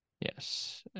yes